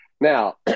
now